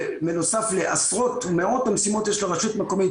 בנוסף לעשרות ומאות המשימות שיש לרשות מקומית,